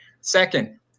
Second